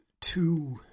two